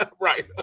Right